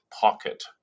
pocket